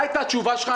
מה הייתה התשובה שלך?